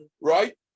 right